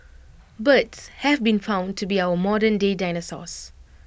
birds have been found to be our modernday dinosaurs